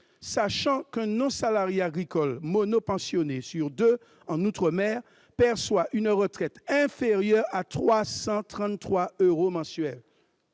sachant qu'un non-salarié agricole monopensionné sur deux en outre-mer perçoit une retraite mensuelle inférieure à 333 euros ! Nos